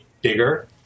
bigger